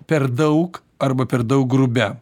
per daug arba per daug grubiam